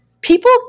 People